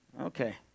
Okay